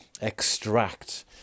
extract